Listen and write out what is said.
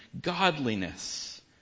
godliness